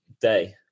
day